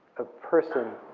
a person,